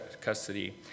custody